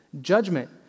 judgment